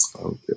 Okay